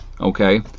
okay